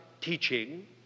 teaching